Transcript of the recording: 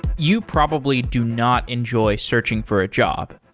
you probably do not enjoy searching for a job.